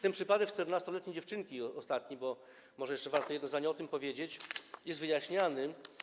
Ten przypadek 14-letniej dziewczynki, ostatni, może jeszcze warto jedno zdanie o tym powiedzieć, jest wyjaśniany.